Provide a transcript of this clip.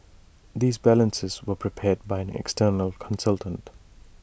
these balances were prepared by an external consultant